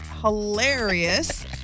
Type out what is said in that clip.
hilarious